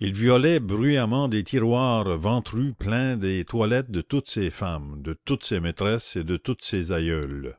il violait bruyamment des tiroirs ventrus pleins des toilettes de toutes ses femmes de toutes ses maîtresses et de toutes ses aïeules